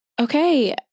Okay